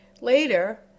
Later